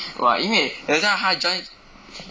!wah! 因为等一下她 join